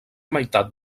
meitat